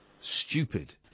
Stupid